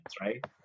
right